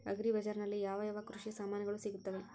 Agri ಬಜಾರಿನಲ್ಲಿ ಯಾವ ಯಾವ ಕೃಷಿಯ ಸಾಮಾನುಗಳು ಸಿಗುತ್ತವೆ?